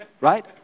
Right